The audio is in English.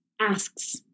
asks